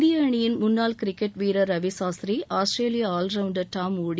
இந்திய அணியின் முன்னாள் கிரிக்கெட் விரர் ரவிசாஸ்திரி ஆஸ்ரேலிய ஆல் ரவுண்டர் டாம் மோடி